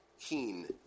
keen